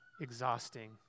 exhausting